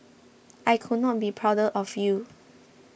I could not be prouder of you